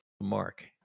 Mark